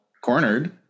cornered